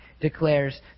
declares